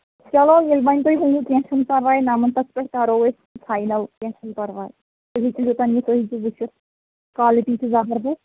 چلو ییٚلہِ وۄنۍ تُہۍ کیٚنہہ چھُنہٕ پَرواے نَمتَس پٮ۪ٹھ کرو أسۍ فاینَل کیٚنہہ چھُنہٕ پَرواے تُلِو تُلِو تام ہیٚکِو وٕچھِتھ کالٹی چھِ زَبردس